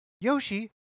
Yoshi